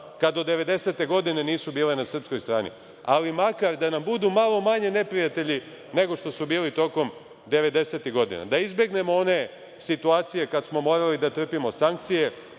kada od 1990. godine nisu bile na srpskoj strani. Ali makar da nam budu malo manje neprijatelji nego što su bili tokom 90-ih godina, da izbegnemo one situacije kada smo morali da trpimo sankcije,